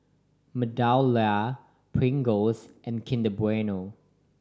MeadowLea Pringles and Kinder Bueno